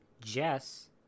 Jess